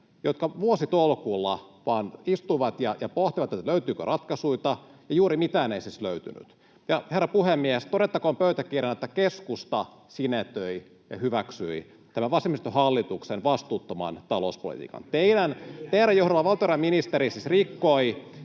jotka vuositolkulla vaan istuivat ja pohtivat, löytyykö ratkaisuita, ja juuri mitään ei siis löytynyt. Herra puhemies! Todettakoon pöytäkirjaan, että keskusta sinetöi ja hyväksyi tämän vasemmistohallituksen vastuuttoman talouspolitiikan. [Pia Viitanen: Kokoomus hyväksyi! —